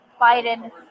Biden